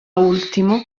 ultimo